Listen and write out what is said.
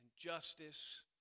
justice